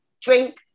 drink